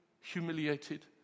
humiliated